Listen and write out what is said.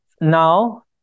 Now